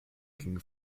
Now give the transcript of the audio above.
ging